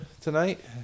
tonight